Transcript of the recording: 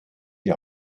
die